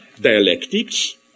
dialectics